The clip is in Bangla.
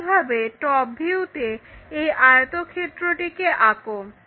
একইভাবে টপ ভিউতে এই আয়তক্ষেত্রটিকে আঁকো